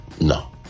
no